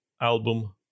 album